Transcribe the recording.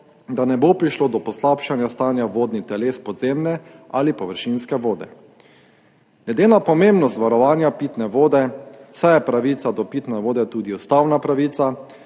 da ne bo prišlo do poslabšanja stanja vodnih teles podzemne ali površinske vode. Glede na pomembnost varovanja pitne vode, saj je pravica do pitne vode tudi ustavna pravica,